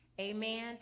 Amen